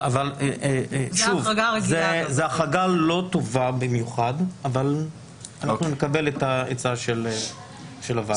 זאת החרגה לא טובה במיוחד אבל אנחנו נקבל את העצה של הוועדה.